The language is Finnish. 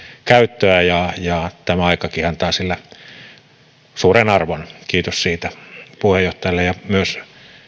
käyttöä ja ja tämä aikakin antaa sille suuren arvon kiitos siitä puheenjohtajalle ja myös